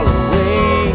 away